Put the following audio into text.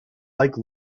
like